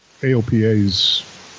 AOPA's